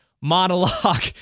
monologue